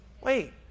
Wait